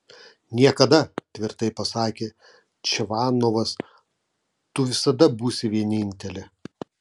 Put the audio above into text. niekada tvirtai pasakė čvanovas tu visada būsi vienintelė